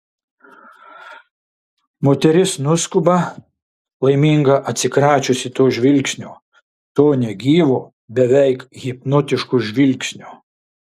moteris nuskuba laiminga atsikračiusi to žvilgsnio to negyvo beveik hipnotiško žvilgsnio